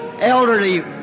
elderly